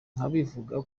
ndabivuga